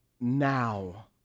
now